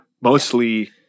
mostly